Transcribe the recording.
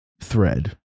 thread